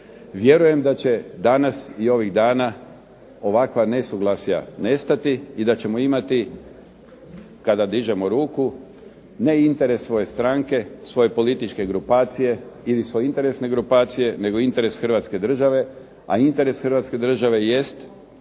Vjerujem da će danas i ovih dana ovakva nesuglasja nestati i da ćemo imati kada dižemo ruku ne interes svoje stranke, svoje političke grupacije ili svoje interesne grupacije, nego interes Hrvatske države. A interes Hrvatske države jest